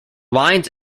lines